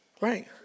Right